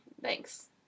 Thanks